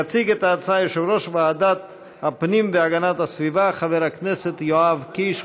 יציג את ההצעה יושב-ראש ועדת הפנים והגנת הסביבה חבר הכנסת יואב קיש.